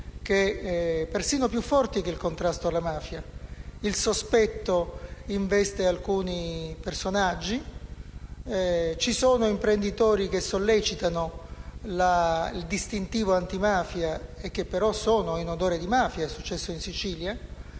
sono persino più forti del contrasto alla mafia. Il sospetto investe alcuni personaggi; ci sono imprenditori che sollecitano il distintivo antimafia e che però sono in odore di mafia (è successo in Sicilia).